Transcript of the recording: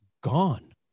gone